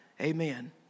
Amen